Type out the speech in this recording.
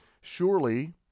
surely